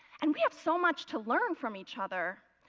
and we have so much to learn from each other.